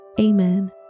Amen